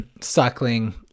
cycling